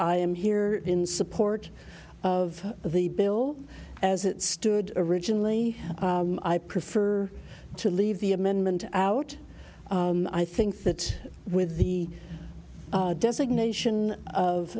i am here in support of the bill as it stood originally i prefer to leave the amendment out i think that with the designation of